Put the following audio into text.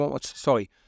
sorry